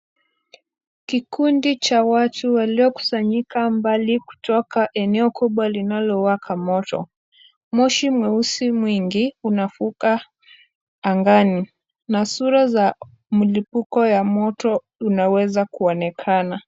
Kikundi cha watu waliokusanyika mbali kutoka eneo kubwa linalowaka moto. Moshi mweusi mwingi unafuka angani na sura za mlipuko wa moto unaweza kuonekana.